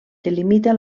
delimita